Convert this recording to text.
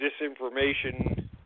disinformation